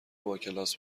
باکلاس